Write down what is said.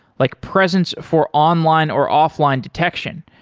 like presence for online or offline detection,